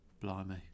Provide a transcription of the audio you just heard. Blimey